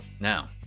Now